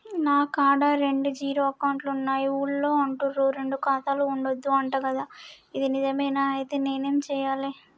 నా కాడా రెండు జీరో అకౌంట్లున్నాయి ఊళ్ళో అంటుర్రు రెండు ఖాతాలు ఉండద్దు అంట గదా ఇది నిజమేనా? ఐతే నేనేం చేయాలే?